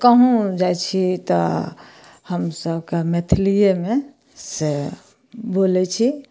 कहूँ जाइ छी तऽ हमसबके मैथलीए मे से बोलै छी